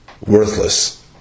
worthless